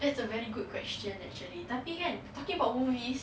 that's a very good question actually tapi kan talking about movies